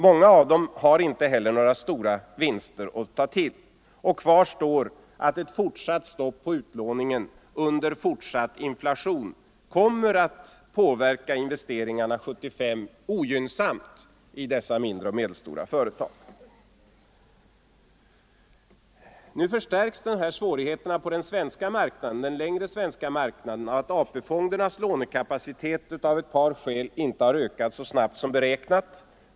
Många av dem har inte heller några stora vinster att ta till, och kvar står att fortsatt stopp på utlåningen under fortsatt inflation kommer att i dessa mindre och medelstora företag påverka investeringarna ogynnsamt under 1975. Nu förstärks de här svårigheterna på den längre svenska marknaden av att AP-fondens lånekapacitet av ett par skäl inte har ökat så snabbt som beräknats.